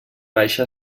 baixa